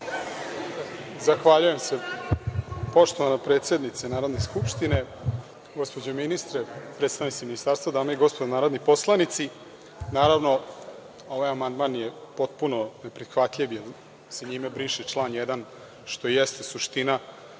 Zahvaljujem se. Poštovana predsednice Narodne skupštine, gospođo ministre, predstavnici ministarstva, dame i gospodo narodni poslanici, ovaj amandman je potpuno neprihvatljiv, jer se njime briše član 1, što i jeste suština